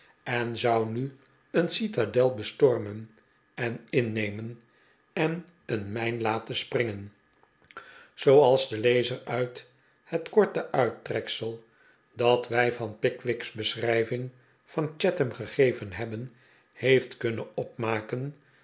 en zou nu een citadel bestormen en innemen en een mijn laten springen zooals de lezer uit het korte uittreksel dat wij van pickwick's beschrijving van chatham gegeven hebben heeft kunnen opmaken